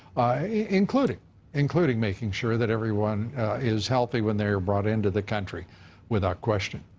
including including making sure that everyone is healthy when they are brought in to the country without question.